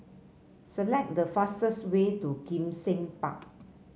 select the fastest way to Kim Seng Park